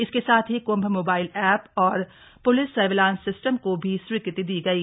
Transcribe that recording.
इसके साथ ही क्म्भ मोबाइल एप और प्लिस सर्विलांस सिस्टम को भी स्वीकृति दी गयी